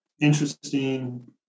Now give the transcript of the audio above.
interesting